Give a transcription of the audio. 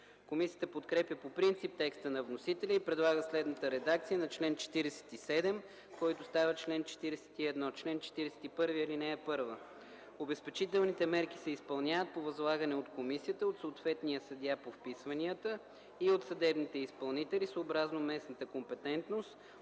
Комисията подкрепя по принцип текста на вносителя и предлага следната редакция на чл. 47, който става чл. 41: „Чл. 41. (1) Обезпечителните мерки се изпълняват по възлагане от комисията от съответния съдия по вписванията и от съдебните изпълнители съобразно местната компетентност,